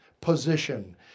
position